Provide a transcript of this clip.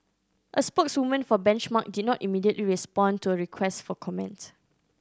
a spokeswoman for Benchmark did not immediately respond to a request for comment